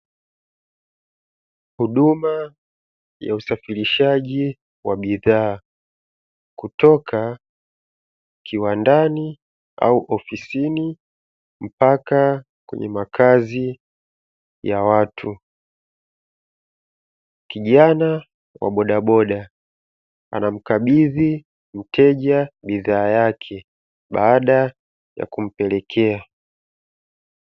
Huduma ya usafirishaji wa bidhaa kutoka kiwandani au ofisini mpaka kwenye makazi ya watu. Kijana wa bodaboda anamkabidhi mteja bidhaa yake baada ya kumpelekea.